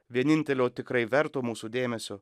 vienintelio tikrai verto mūsų dėmesio